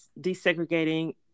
desegregating